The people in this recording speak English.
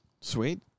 Sweet